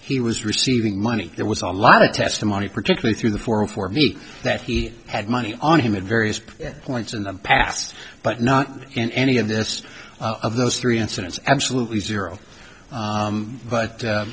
he was receiving money there was a lot of testimony particularly through the forum for me that he had money on him at various points in the past but not in any of this of those three incidents absolutely zero